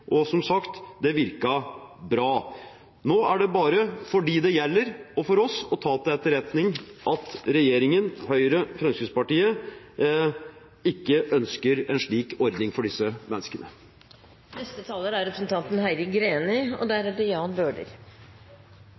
bra, som sagt. Nå er det bare – for dem det gjelder, og for oss – å ta til etterretning at regjeringen, Høyre og Fremskrittspartiet, ikke ønsker en slik ordning for disse menneskene. Slik jeg tolker debatten, er det ingen uenighet om at startlånsordningen først og